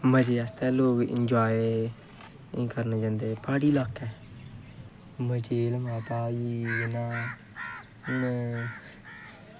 मज़े अस्तै लोग इंजाए करन जंदे प्हाड़ी लाह्कै मज़े कन्नै उ'नैं हून